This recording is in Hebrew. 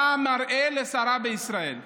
בא ומראה לשרה בישראל,